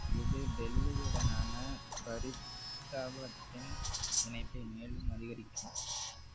இது டெல்லியுடனான பரிதாபாத்தின் இணைப்பை மேலும் அதிகரிக்கும்